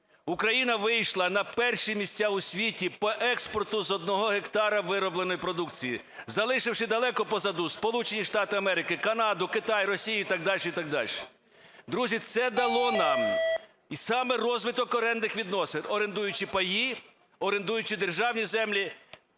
Україна вийшла на перші місця у світі по експорту з одного гектару виробленої продукції, залишивши далеко позаду Сполучені Штати Америки, Канаду, Китай, Росію і так далі так далі. Друзі, це дало нам і саме розвиток орендних відносин, орендуючи паї, орендуючи державні землі